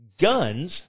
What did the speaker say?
guns